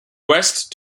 west